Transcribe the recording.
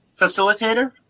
facilitator